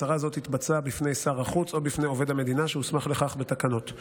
הצהרה זו תתבצע בפני שר החוץ או בפני עובד המדינה שהוסמך לכך בתקנות.